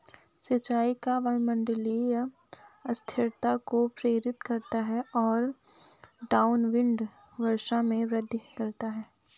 सिंचाई का वायुमंडलीय अस्थिरता को प्रेरित करता है और डाउनविंड वर्षा में वृद्धि करता है